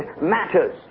matters